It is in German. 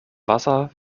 wasser